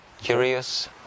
curious